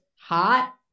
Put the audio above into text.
hot